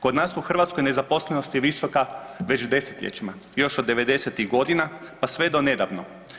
Kod nas u Hrvatskoj nezaposlenost je visoka već desetljećima još od '90.-tih godina pa sve do nedavno.